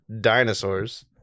dinosaurs